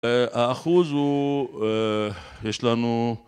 האחוז הוא, יש לנו